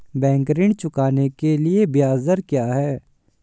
Bank ऋण चुकाने के लिए ब्याज दर क्या है?